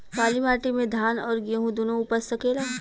काली माटी मे धान और गेंहू दुनो उपज सकेला?